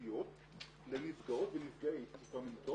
ייחודיות לנפגעות ונפגעי תקיפה מינית,